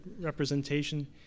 representation